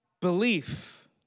belief